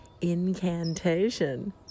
incantation